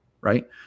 right